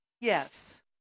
yes